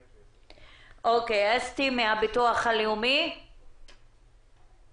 אסתי מהביטוח הלאומי אתנו על הקו?